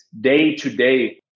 day-to-day